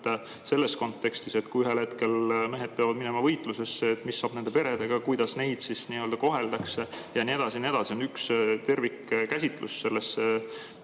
selles kontekstis, et kui ühel hetkel mehed peavad minema võitlusesse, siis mis saab nende peredest, kuidas neid koheldakse ja nii edasi ja nii edasi. See on üks tervikkäsitlus selle